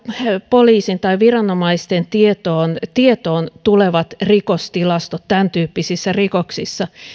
poliisin tai viranomaisten tietoon tietoon tulevat rikostilastot tämäntyyppisissä rikoksissa